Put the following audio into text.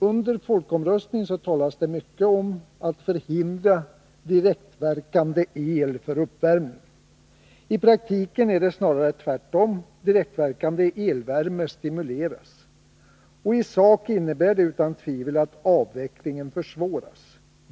Under folkomröstningen talades det mycket om att förhindra direktverkande el för uppvärmning. I praktiken är det snarare tvärtom — direktverkande elvärme stimuleras. I sak innebär det utan tvivel att avvecklingen försvåras.